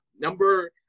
number